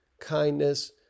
kindness